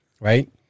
Right